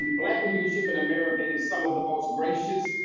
and black leadership in america is some of the most gracious,